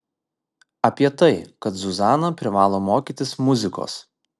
apie tai kad zuzana privalo mokytis muzikos